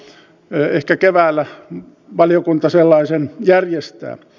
ehkä keväällä valiokunta sellaisen järjestää